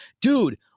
dude